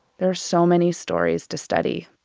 there are so many stories to study